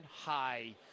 high